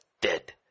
dead